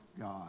God